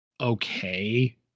okay